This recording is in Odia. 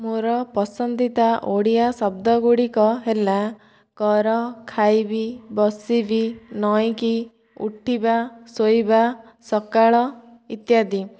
ମୋର ପସନ୍ଦିତା ଓଡ଼ିଆ ଶବ୍ଦ ଗୁଡ଼ିକ ହେଲା କର ଖାଇବି ବସିବି ନଇଁକି ଉଠିବା ଶୋଇବା ସକାଳ ଇତ୍ୟାଦି